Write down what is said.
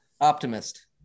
Optimist